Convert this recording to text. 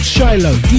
Shiloh